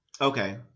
Okay